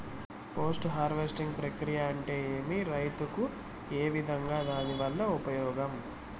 Post harvesting ప్రక్రియ అంటే ఏమి? రైతుకు ఏ విధంగా దాని వల్ల ఉపయోగం?